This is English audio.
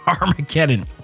armageddon